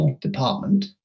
department